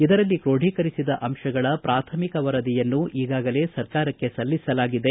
ಇದರಲ್ಲಿ ಕ್ರೋಢೀಕರಿಸಿದ ಅಂಶಗಳ ಪಾಥಮಿಕ ವರದಿಯನ್ನು ಈಗಾಗಲೇ ಸರಕಾರಕ್ಕೆ ಸಲ್ಲಿಸಲಾಗಿದೆ